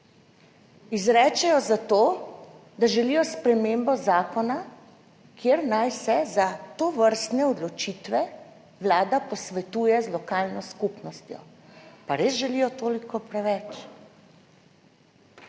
izrečejo za to, da želijo spremembo zakona, kjer naj se za tovrstne odločitve vlada posvetuje z lokalno skupnostjo. Pa res želijo toliko preveč?